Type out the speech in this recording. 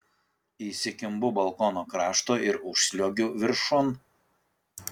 įsikimbu balkono krašto ir užsliuogiu viršun